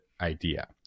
idea